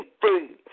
free